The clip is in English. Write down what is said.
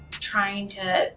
trying to